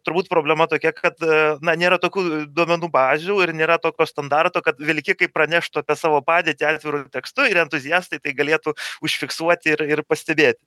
turbūt problema tokia kad na nėra tokių duomenų bazių ir nėra tokio standarto kad vilkikai praneštų apie savo padėtį atviru tekstu ir entuziastai tai galėtų užfiksuoti ir ir pastebėt